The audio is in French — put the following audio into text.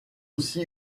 aussi